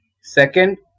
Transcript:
Second